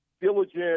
diligent